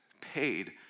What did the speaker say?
paid